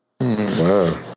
Wow